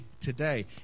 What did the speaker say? today